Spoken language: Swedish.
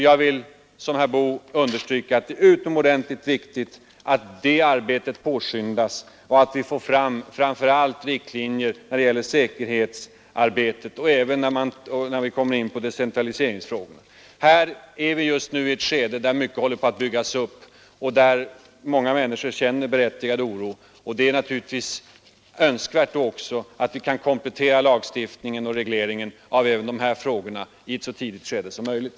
Jag vill slutligen, liksom herr Boo, understryka att det är utomordentligt viktigt att detta arbete påskyndas och att vi får fram riktlinjer framför allt när det gäller säkerhetsarbetet men även när det gäller decentraliseringsfrågorna. Vi befinner oss just nu i ett uppbyggnadsskede och många människor känner berättigad oro. Det är naturligtvis önskvärt att vi kan komplettera lagstiftningen och regleringen av dessa frågor i ett så tidigt skede som möjligt.